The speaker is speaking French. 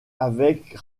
avec